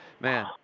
man